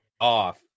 off